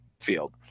field